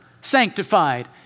sanctified